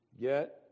get